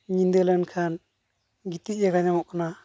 ᱧᱤᱫᱟᱹᱞᱮᱱ ᱠᱷᱟᱱ ᱜᱤᱛᱤᱡ ᱡᱟᱜᱟ ᱧᱟᱢᱚᱜ ᱠᱟᱱᱟ